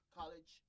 college